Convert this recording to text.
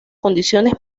condiciones